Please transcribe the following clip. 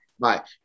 Bye